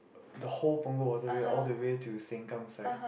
the whole Punggol-Waterway all the way to Sengkang side